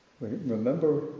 Remember